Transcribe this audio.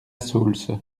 saulce